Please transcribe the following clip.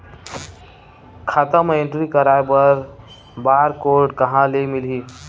खाता म एंट्री कराय बर बार कोड कहां ले मिलही?